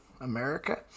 America